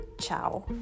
ciao